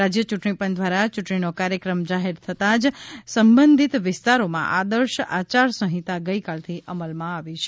રાજ્ય યૂંટણીપંચ દ્વારા યૂંટણીનો કાર્યક્રમ જાહેર થતા જ સંબંધીત વિસ્તારોમાં આદર્શ આચારસંહિતા ગઇકાલથી અમલમાં આવી છે